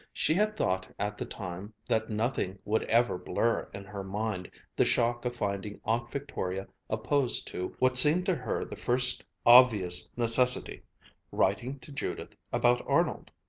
she had thought at the time that nothing would ever blur in her mind the shock of finding aunt victoria opposed to what seemed to her the first obvious necessity writing to judith about arnold.